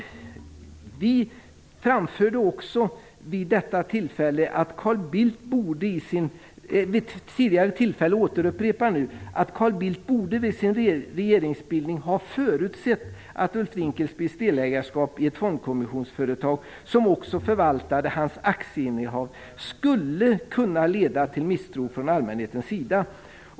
Vi framförde också vid ett tidigare tillfälle, vilket jag nu återupprepar, att Carl Bildt borde vid sin regeringsbildning ha förutsett att Ulf Dinkelspiels delägarskap i en fondkomissionärsföretag som också förvaltade hans aktieinnehav skulle kunna leda till misstro från allmänhetens sida.